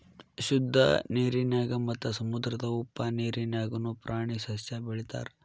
ಶುದ್ದ ನೇರಿನ್ಯಾಗ ಮತ್ತ ಸಮುದ್ರದ ಉಪ್ಪ ನೇರಿನ್ಯಾಗುನು ಪ್ರಾಣಿ ಸಸ್ಯಾ ಬೆಳಿತಾರ